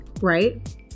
right